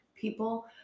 people